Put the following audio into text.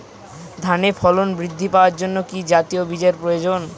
ধানে ফলন বৃদ্ধি পাওয়ার জন্য কি জাতীয় বীজের প্রয়োজন?